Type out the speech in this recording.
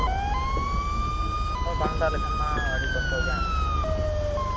ᱵᱟᱝ ᱫᱟᱜ ᱞᱮᱠᱷᱟᱱ ᱢᱟ ᱟᱹᱰᱤ ᱠᱚᱥᱴᱚ ᱜᱮᱭᱟ